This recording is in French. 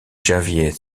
javier